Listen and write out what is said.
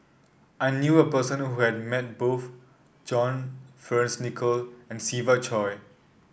I knew a person who has met both John Fearns Nicoll and Siva Choy